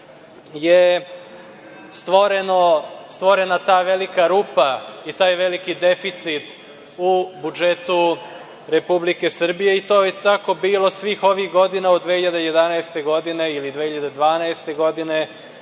je stvorena ta velika rupa i taj veliki deficit u budžetu Republike Srbije i to je tako bilo svih ovih godina, od 2011. ili 2012. godine